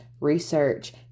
Research